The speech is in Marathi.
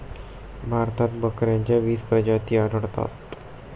भारतात बकऱ्यांच्या वीस प्रजाती आढळतात